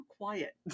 quiet